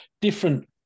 different